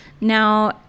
now